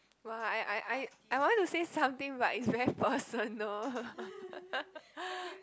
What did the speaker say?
!wah! I I I I want to say something but it's very personal